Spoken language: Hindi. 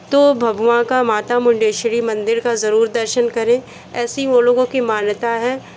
तो भगवां का माता मुंडेश्वरी मंदिर का ज़रूर दर्शन करें ऐसी वो लोगों की मान्यता है